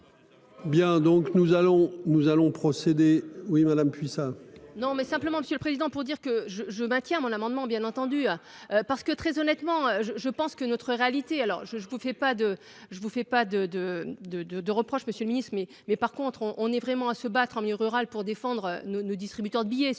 allons nous allons procéder oui madame puis ça. Non mais simplement, Monsieur le Président pour dire que je je maintiens mon amendement bien entendu. Parce que, très honnêtement je je pense que notre réalité alors je je ne pouvais pas de je vous fais pas de de de de de reproche. Monsieur le Ministre mais mais par contre on on est vraiment à se battre en milieu rural pour défendre nos nos distributeurs de billets